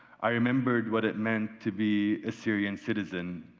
i remembered what it meant to be a syrian citizen.